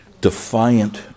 Defiant